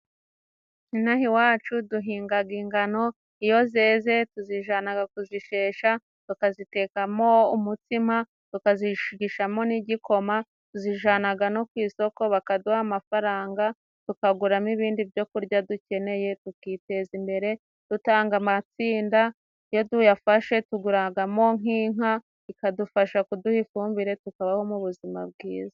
Ino aha iwacu duhingaga ingano, iyo zeze tuzijanaga kuzishesha bakazitekamo umutsima, tukazishigishamo n'igikoma, tuzijanaga no ku isoko, bakaduha amafaranga tukaguramo ibindi byo kurya dukeneye, tukiteza imbere dutanga amatsinda. Iyo tuyafashe tuguragamo nk'inka ikadufasha kuduha ifumbire, tukabaho mu buzima bwiza.